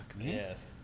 Yes